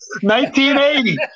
1980